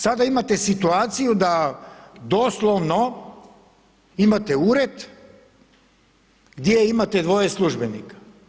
Sada imate situaciju da doslovno imate ured gdje ima dvoje službenika.